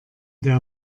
der